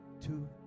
two